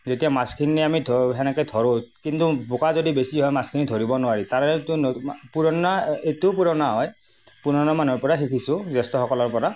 যেতিয়া মাছখিনি আমি ধৰো সেনেকে ধৰো কিন্তু বোকা যদি বেছি হয় মাছখিনি ধৰিব নোৱাৰি তাৰেতো পুৰণা এইটোৱো পুৰণা হয় পুৰণা মানুহৰ পৰা শিকিছোঁ জ্যেষ্ঠসকলৰ পৰা